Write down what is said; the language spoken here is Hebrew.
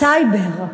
הסייבר.